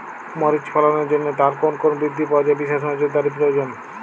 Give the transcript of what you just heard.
মরিচ ফলনের জন্য তার কোন কোন বৃদ্ধি পর্যায়ে বিশেষ নজরদারি প্রয়োজন?